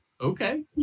Okay